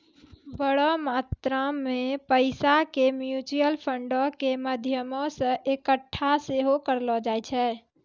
बड़ो मात्रा मे पैसा के म्यूचुअल फंडो के माध्यमो से एक्कठा सेहो करलो जाय छै